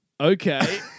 Okay